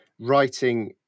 writing